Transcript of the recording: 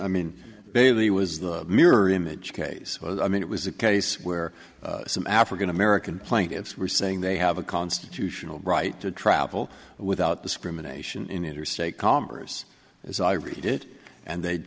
i mean bailey was the mirror image case i mean it was a case where some african american plaintiffs were saying they have a constitutional right to travel without discrimination in interstate commerce as i read it and they